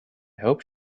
hope